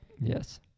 Yes